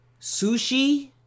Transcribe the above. Sushi